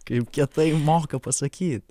kaip kietai moka pasakyt